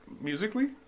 musically